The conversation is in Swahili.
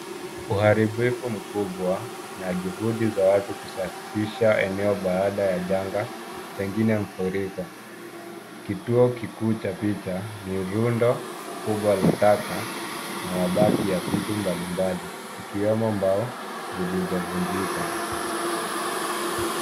Uharibifu mkubwa na juhudi za watu kusafisha eneo baada ya janga pengine mfuriko. Kituo kikuu cha picha ni rundo kubwa la taka na mabaki ya vitu mbalimbali zikiwemo mbao zilizovunjika.